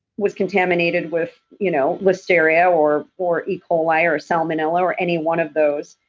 was contaminated with you know listeria or or e. coli or salmonella or any one of those.